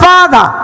Father